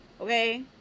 okay